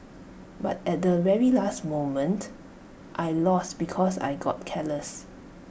but at the very last moment I lost because I got careless